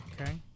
Okay